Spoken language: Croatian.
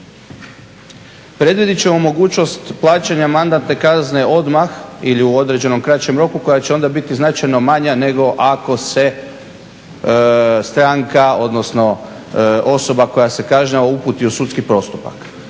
predvidjet ćemo mogućnost plaćanja mandatne kazne odmah ili u određenom kraćem roku koja će onda biti značajno manja nego ako se stranka odnosno osoba koja se kažnjava uputi u sudski postupak.